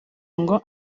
ngo